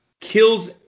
kills